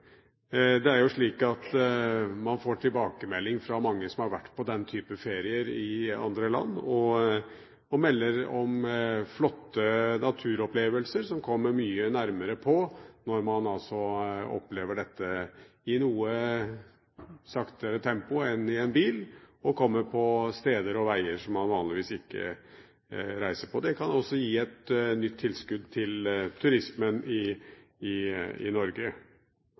får tilbakemelding fra mange som har vært på den type ferier i andre land. Man melder om flotte naturopplevelser som man kommer mye tettere på når man opplever dette i et noe saktere tempo enn med en bil, og man kommer på steder og veier som man vanligvis ikke reiser på. Det kan også gi et nytt tilskudd til turismen i